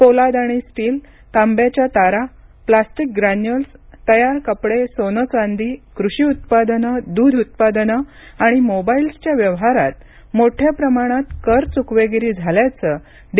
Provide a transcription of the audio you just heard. पोलाद आणि स्टील तांब्याच्या तारा प्लास्टिक ग्रॅन्युअल्स तयार कपडे सोनं चांदी कृषी उत्पादनं दूध उत्पादनं आणि मोबाईल्सच्या व्यवहारात मोठ्या प्रमाणात कर चुकवेगिरी झाल्याचं डी